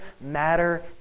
matter